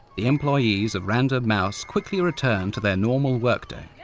the employees of random mouse quickly return to their normal workday. yeah